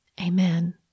Amen